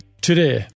today